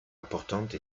importante